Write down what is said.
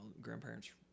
Grandparents